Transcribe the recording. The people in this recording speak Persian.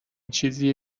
چیزیه